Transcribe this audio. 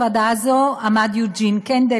בראש הוועדה הזאת עמד יוג'ין קנדל,